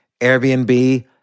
Airbnb